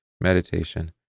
meditation